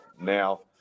now